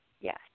Yes